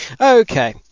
Okay